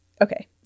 okay